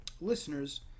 listeners